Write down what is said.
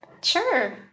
Sure